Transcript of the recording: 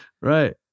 Right